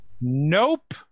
Nope